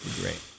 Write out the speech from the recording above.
Great